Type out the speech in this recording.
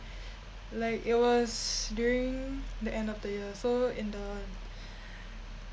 like it was during the end of the year so in the